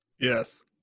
Yes